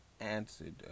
answered